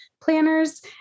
Planners